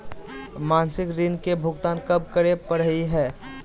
मासिक ऋण के भुगतान कब करै परही हे?